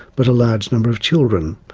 but a large number of children.